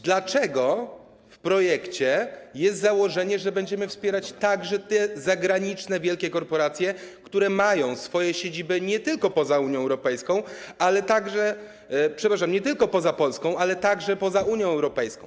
Dlaczego w projekcie jest założenie, że będziemy wspierać także te zagraniczne wielkie korporacje, które mają swoje siedziby nie tylko poza Unią Europejska, przepraszam, nie tylko poza Polską, ale także poza Unią Europejską?